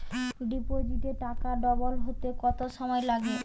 ডিপোজিটে টাকা ডবল হতে কত সময় লাগে?